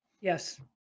Yes